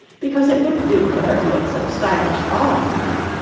because it wouldn't do for her to look so stylish all the time.